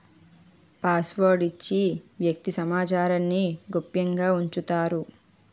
password ఇచ్చి వ్యక్తి సమాచారాన్ని గోప్యంగా ఉంచుతారు